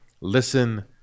listen